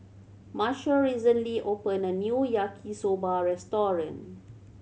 Marshall recently opened a new Yaki Soba restaurant